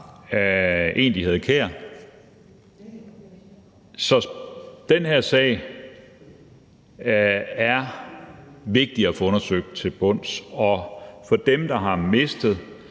en, de havde kær. Så den her sag er vigtig at få undersøgt til bunds, og dem, der har mistet